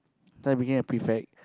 then I became a prefect